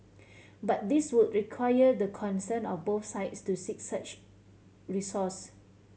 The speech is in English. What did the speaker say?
but this would require the consent of both sides to seek such recourse